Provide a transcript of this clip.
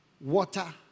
water